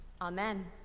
Amen